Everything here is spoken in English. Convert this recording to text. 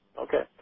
Okay